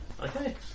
Okay